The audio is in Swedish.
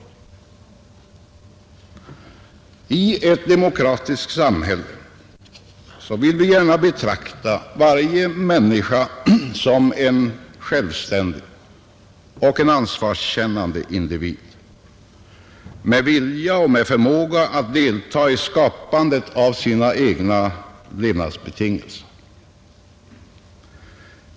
I ett demokratiskt samhälle vill vi gärna betrakta varje människa som en självständig och ansvarskännande individ med vilja och förmåga att delta i skapandet av sina egna levnadsbetingelser.